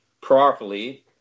properly